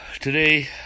Today